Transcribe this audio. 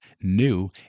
new